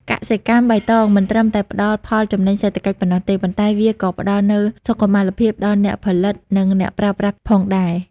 កសិកម្មបៃតងមិនត្រឹមតែផ្ដល់ផលចំណេញសេដ្ឋកិច្ចប៉ុណ្ណោះទេ ប៉ុន្តែវាក៏ផ្ដល់នូវសុខុមាលភាពដល់អ្នកផលិត និងអ្នកប្រើប្រាស់ផងដែរ។